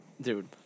Dude